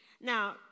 Now